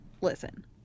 listen